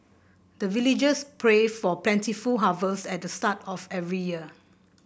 the villagers pray for plentiful harvest at the start of every year